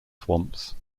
swamps